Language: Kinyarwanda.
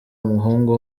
umuhungu